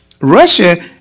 Russia